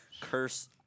Curse